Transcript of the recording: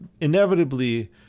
inevitably